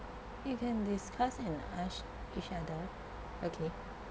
you can discuss and ask each other okay